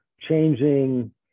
changing